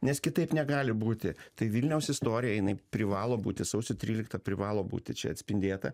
nes kitaip negali būti tai vilniaus istorija jinai privalo būti sausio trylikta privalo būti čia atspindėta